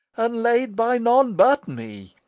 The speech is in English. and laid by none but me.